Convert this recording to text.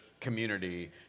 community